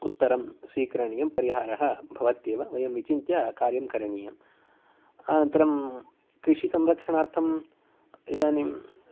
उत्तरं स्वीकरणीयं परिहारः भवत्येव वयं विचिन्त्य कार्यं करणीयम् अनन्तरं कृषिसंरक्षणार्थं इदानिं सर्